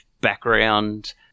background